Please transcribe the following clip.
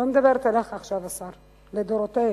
אני לא מדברת אליך עכשיו, השר, לדורותיהן,